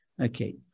okay